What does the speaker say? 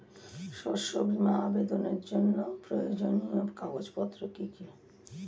শস্য বীমা আবেদনের জন্য প্রয়োজনীয় কাগজপত্র কি কি?